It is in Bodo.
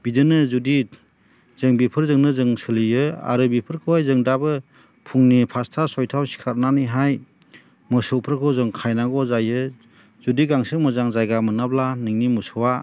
बिदिनो जुदि जों बेफोरजोंनो जों सोलियो आरो बेफोरखौहाय जों दाबो फुंनि फासथा सयथायाव सिखारनानैहाय मोसौफोरखौ जों खाहैनांगौ जायो जुदि गांसो मोजां जायगा मोनाब्ला नोंनि मोसौआ